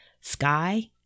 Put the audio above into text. sky